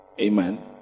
Amen